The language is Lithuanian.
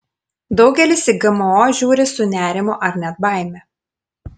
daugelis į gmo žiūri su nerimu ar net baime